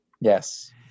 Yes